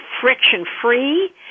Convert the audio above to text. friction-free